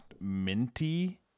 minty